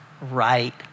right